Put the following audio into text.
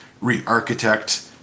re-architect